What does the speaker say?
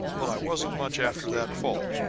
but i wasn't much after that fall.